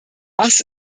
das